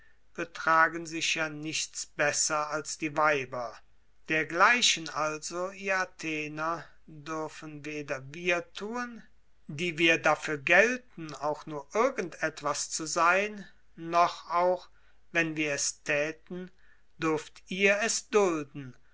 betragen sich ja nichts besser als die weiber dergleichen also ihr athener dürfen weder wir tun die wir dafür gelten auch nur irgend etwas zu sein noch auch wenn wir es täten dürft ihr es dulden